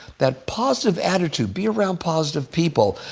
that positive attitude, be around positive people,